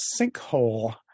Sinkhole